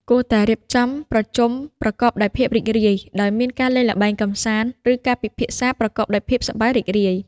គួរតែរៀបចំប្រជុំប្រកបដោយភាពរីករាយ ដោយមានការលេងល្បែងកម្សាន្ត ឬការពិភាក្សាប្រកបដោយភាពសប្បាយរីករាយ។